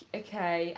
okay